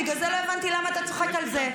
בגלל זה לא הבנתי למה אתה צוחק על זה.